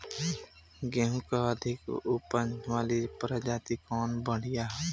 गेहूँ क अधिक ऊपज वाली प्रजाति कवन बढ़ियां ह?